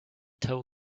toe